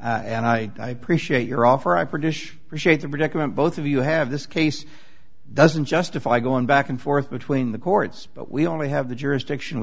and i appreciate your offer i produced for shade the predicament both of you have this case doesn't justify going back and forth between the courts but we only have the jurisdiction we